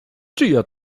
czyja